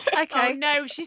Okay